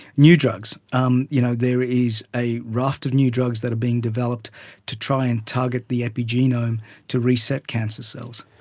new drugs. um you know there is a raft of new drugs that are being developed to try and tug at the epigenome to reset cancer cells.